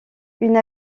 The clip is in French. une